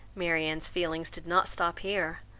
marianne's feelings did not stop here.